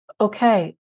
okay